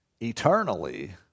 eternally